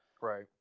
Right